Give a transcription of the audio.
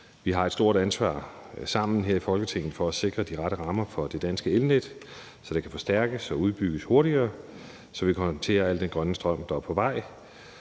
sammen et stort ansvar her i Folketinget for at sikre de rette rammer for det danske elnet, så det kan forstærkes og udbygges hurtigere, så vi kan håndtere al den grønne strøm, der er på vej,